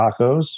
tacos